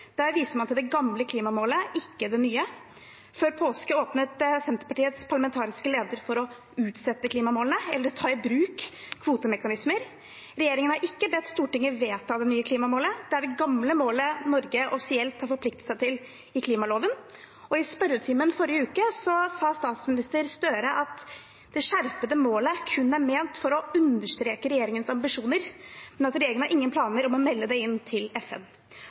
Der viser man til det klimamålet, ikke det nye. Før påske åpnet Senterpartiets parlamentariske leder for å utsette klimamålene eller ta i bruk kvotemekanismer. Regjeringen har ikke bedt Stortinget vedta det nye klimamålet, det er det gamle målet Norge offisielt har forpliktet seg til i klimaloven. I spørretimen forrige uke sa statsminister Støre at det skjerpede målet kun er ment for å understreke regjeringens ambisjoner, men at regjeringen har ingen planer om å melde det inn til FN.